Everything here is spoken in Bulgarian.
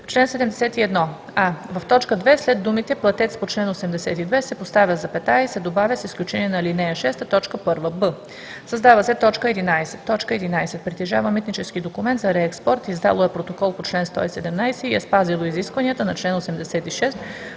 чл. 71: а) в т. 2 след думите „платец по чл. 82“ се поставя запетая и се добавя „с изключение на ал. 6, т. 1“; б) създава се т. 11: „11. притежава митнически документ за реекспорт, издало е протокол по чл. 117 и е спазило изискванията на чл. 86